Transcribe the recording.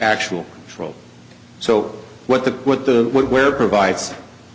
trial so what the what the where provides